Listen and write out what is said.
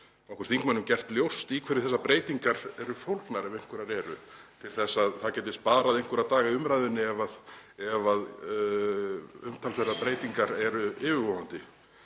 okkur þingmönnum gert ljóst í hverju þær breytingar eru fólgnar ef einhverjar eru. Það gæti sparað einhverja daga í umræðunni ef umtalsverðar breytingar eru yfirvofandi.